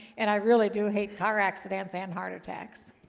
and i really do hate car accidents and heart attacks